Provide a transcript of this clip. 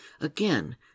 Again